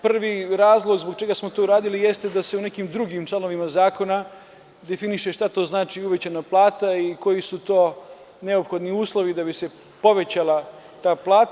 Prvi razlog zbog čega smo to uradili jeste da se u nekim drugim članovima zakona definiše šta to znači „uvećana plata“ i koji su to neophodni uslovi da bi se povećala ta plata.